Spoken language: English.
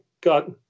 got